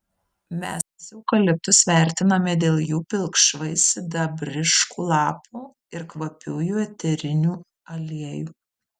mes eukaliptus vertiname dėl jų pilkšvai sidabriškų lapų ir kvapiųjų eterinių aliejų